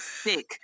sick